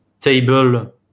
table